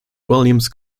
williams